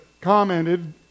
commented